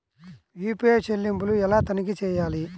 UPI చెల్లింపులు ఎలా తనిఖీ చేయాలి?